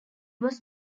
was